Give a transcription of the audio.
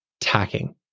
tacking